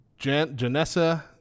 Janessa